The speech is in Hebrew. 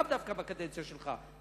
לאו דווקא בקדנציה שלך,